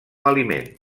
aliment